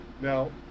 Now